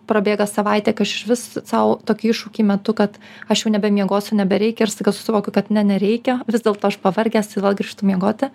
prabėga savaitė kad išvis sau tokį iššūkį metu kad aš jau nebemiegosiu nebereikia ir staiga susivokiu kad nereikia vis dėlto aš pavargęs grįžtu miegoti